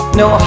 no